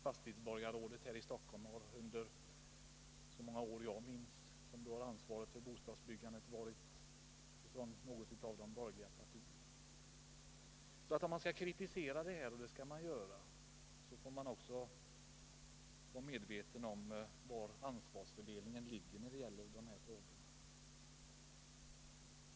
Fastighetsborgarrådet i Stockholm har under så många år jag kan minnas kommit från något av de borgerliga partierna. Om man kritiserar dessa förhållanden — och det skall man göra— måste man vara medveten om ansvarsfördelningen på detta område.